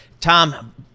Tom